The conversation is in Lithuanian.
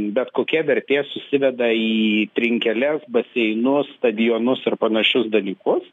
bet kokia vertė susiveda į trinkeles baseinus stadionus ar panašius dalykus